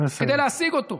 נא לסיים.